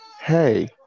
Hey